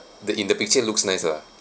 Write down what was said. the in the picture looks nice ah